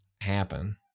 happen